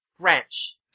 French